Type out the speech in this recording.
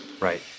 Right